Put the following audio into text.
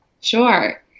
Sure